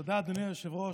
תודה, אדוני היושב-ראש.